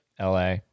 LA